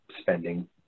spending